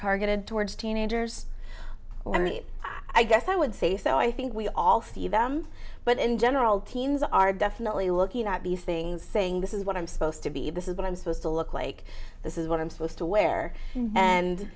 targeted towards teenagers or i mean i guess i would say so i think we all thieves them but in general teens are definitely looking at these things saying this is what i'm supposed to be this is what i'm supposed to look like this is what i'm supposed to wear and